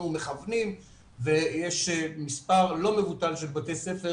מכוונים ויש מספר לא מבוטל של בתי ספר